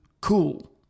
cool